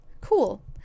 Cool